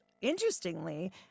interestingly